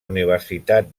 universitat